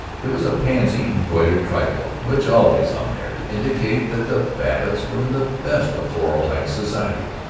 it was a pansy-embroidered trifle which always hung there to indicate that the babbitts were in the best floral heights society.